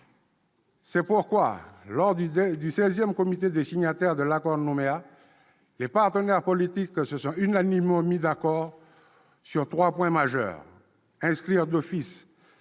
C'est pourquoi, lors du XVI comité des signataires de l'accord de Nouméa, les partenaires politiques se sont unanimement mis d'accord sur trois points majeurs